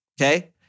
okay